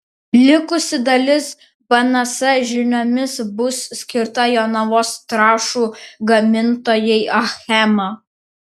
likusi dalis bns žiniomis bus skirta jonavos trąšų gamintojai achema